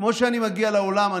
כמו שאני מגיע לאולם.